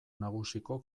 nagusiko